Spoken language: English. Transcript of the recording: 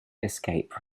escape